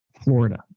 Florida